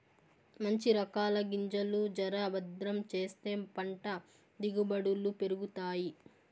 మంచి రకాల గింజలు జర భద్రం చేస్తే పంట దిగుబడులు పెరుగుతాయి